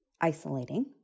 isolating